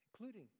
including